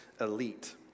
elite